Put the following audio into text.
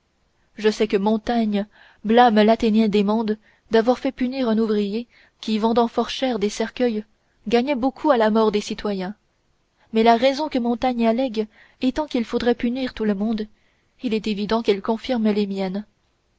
je sais que montaigne blâme l'athénien démades d'avoir fait punir un ouvrier qui vendant fort cher des cercueils gagnait beaucoup à la mort des citoyens mais la raison que montaigne allègue étant qu'il faudrait punir tout le monde il est évident qu'elle confirme les miennes